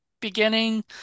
beginning